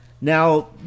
Now